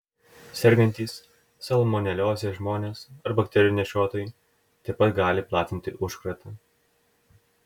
sergantys salmonelioze žmonės ar bakterijų nešiotojai taip pat gali platinti užkratą